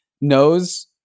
knows